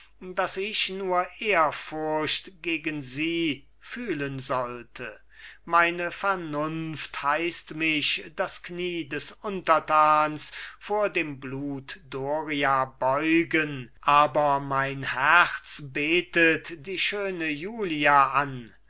daß ich nur ehrfurcht gegen sie fühlen sollte meine vernunft heißt mich das knie des untertans vor dem blut doria beugen aber mein herz betet die schöne julia an